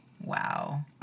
Wow